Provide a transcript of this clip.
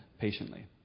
patiently